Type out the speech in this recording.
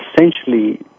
essentially